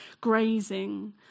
grazing